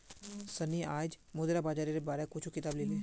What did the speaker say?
सन्नी आईज मुद्रा बाजारेर बार कुछू किताब ली ले